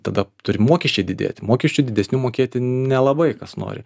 tada turi mokesčiai didėti mokesčių didesnių mokėti nelabai kas nori